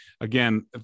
again